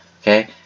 okay